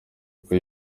kuko